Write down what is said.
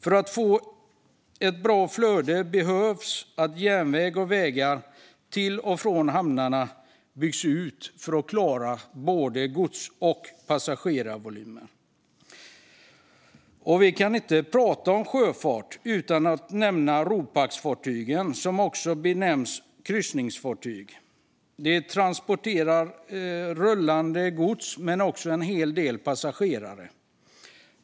För att få ett bra flöde behöver järnväg och vägar till och från hamnarna byggas ut för att klara av både gods och passagerarvolymer. Vi kan inte prata om sjöfart utan att nämna ropaxfartygen, som också benämns kryssningsfartyg. De transporterar rullande gods men också en hel del passagerare.